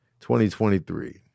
2023